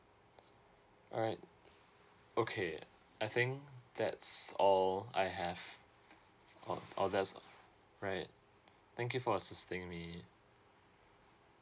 alright okay I think that's all I have oh oh that's right thank you for assisting me